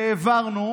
והעברנו,